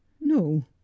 No